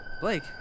Blake